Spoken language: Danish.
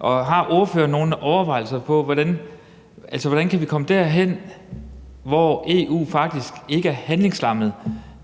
gjort sig nogle overvejelser om, hvordan vi kan komme derhen, hvor EU faktisk ikke er handlingslammet,